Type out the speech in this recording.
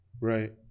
right